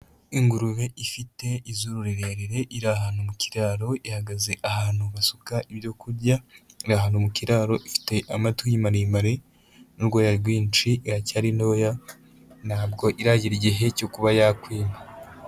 Ingurube ifite izuru rirerire, iri ahantu mu kiraro, ihagaze ahantu basuka ibyo kurya, iri ahantu mu kiraro, ifite amatwi maremare n'urwoya rwinshi, iracyari ntoya, ntabwo iragera igihe cyo kuba yakwima.